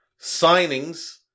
Signings